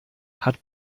hat